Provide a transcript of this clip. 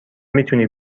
میتونی